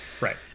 Right